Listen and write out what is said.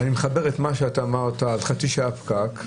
ואני מחבר את מה שאמרת על חצי שעה פקק,